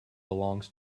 belongs